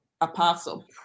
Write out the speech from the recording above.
Apostle